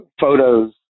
photos